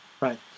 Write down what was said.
right